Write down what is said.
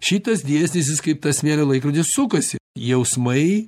šitas dėsnis jis kaip tas smėlio laikrodis sukasi jausmai